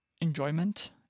enjoyment